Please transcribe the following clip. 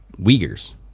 Uyghurs